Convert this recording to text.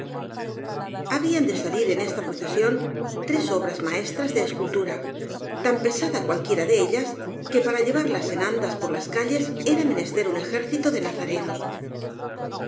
habían de salir en esta procesión tres obras maestras de escultura tan pesada cualquiera de ellas que para llevarlas en andas por las calles era menester un ejército de nazarenos